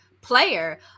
player